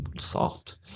soft